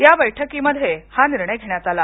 या बैठकीत हा निर्णय घेण्यात आला